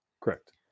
Correct